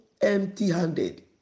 empty-handed